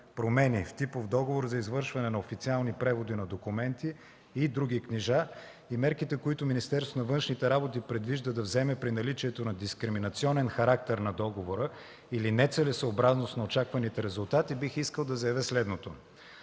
промени в типов договор за извършване на официални преводи на документи и други книжа и мерките, които Министерството на външните работи предвижда да вземе при наличието на дискриминационен характер на договора или нецелесъобразност на очакваните резултати, бих искал да заявя следното.